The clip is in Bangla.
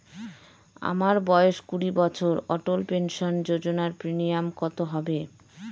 আমার বয়স কুড়ি বছর অটল পেনসন যোজনার প্রিমিয়াম কত হবে?